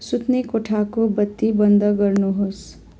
सुत्ने कोठाको बत्ती बन्द गर्नुहोस्